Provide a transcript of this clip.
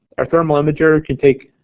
our thermal imager can take